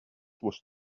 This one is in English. was